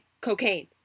cocaine